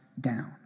down